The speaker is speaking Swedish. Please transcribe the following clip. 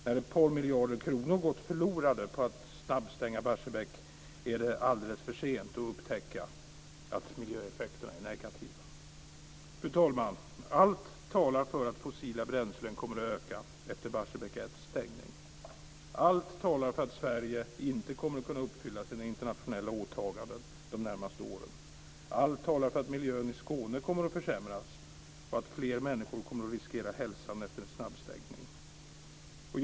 När ett par miljarder kronor gått förlorade på att snabbstänga Barsebäck är det alldeles för sent att upptäcka att miljöeffekterna är negativa. Fru talman! Allt talar för att användningen av fossila bränslen kommer att öka efter stängningen av Barsebäck 1. Allt talar för att Sverige inte kommer att kunna uppfylla sina internationella åtaganden de närmaste åren. Allt talar för att miljön i Skåne kommer att försämras och att fler människor kommer att riskera hälsan efter en snabbstängning.